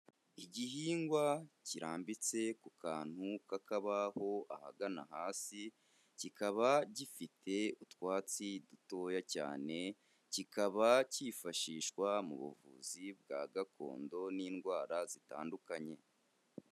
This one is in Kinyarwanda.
Igihingwa kirambitse ku kantu k'akabaho ahagana hasi, kikaba gifite utwatsi dutoya cyane, kikaba cyifashishwa mu buvuzi bwa gakondo n'indwara zitandukanye.